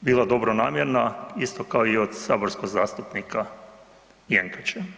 bila dobronamjerna isto kao i od saborskog zastupnika Jenkača.